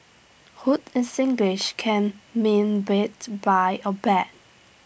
hoot in Singlish can mean beat buy or bet